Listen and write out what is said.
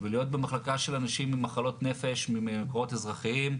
ולהיות במחלקה של אנשים עם מחלות נפש ממקומות אזרחיים.